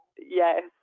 yes